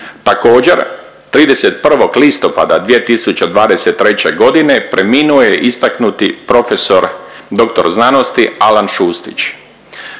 Također, 31. listopada 2023. g. preminuo je istaknuti profesor, dr. sc. Alana Šustić,